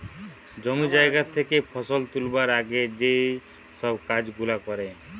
জমি জায়গা থেকে ফসল তুলবার আগে যেই সব কাজ গুলা করে